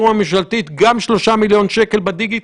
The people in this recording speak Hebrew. במספר היעד של שניים וחצי-שלושה מיליון הורדות?